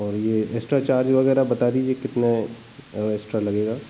और यह extra charge वगैरह बता दीजिए कितने और एस्ट्रा लगेगा